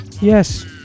Yes